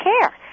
care